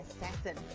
assassin